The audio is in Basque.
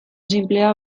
sinplea